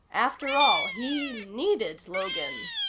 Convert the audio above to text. after all, he needed logan,